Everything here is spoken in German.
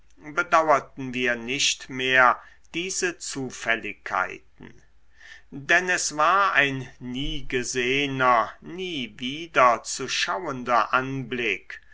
bedauerten wir nicht mehr diese zufälligkeiten denn es war ein niegesehner nie wieder zu schauender anblick